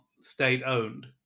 state-owned